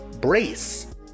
Brace